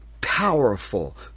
powerful